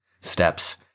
steps